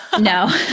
No